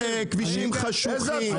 איזה תקציבים עצומים?